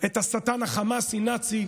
את השטן החמאסי-נאצי,